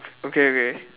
okay okay